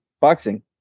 boxing